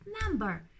number